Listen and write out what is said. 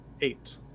Eight